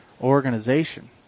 organization